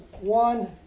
one